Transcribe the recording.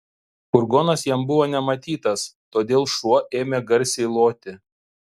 furgonas jam buvo nematytas todėl šuo ėmė garsiai loti